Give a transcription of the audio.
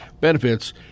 benefits